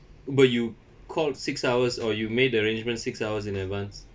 but you called six hours or you made the arrangement six hours in advance